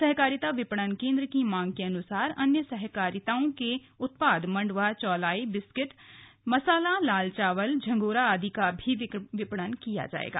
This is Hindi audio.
सहकारिता विपणन केंद्र की मांग के अनुसार अन्य सहकारिताओं के उत्पाद मंडुवा चौलाई बिस्कुट मसाला लाल चावल झंगोरा आदि का भी विपणन किया जाएगा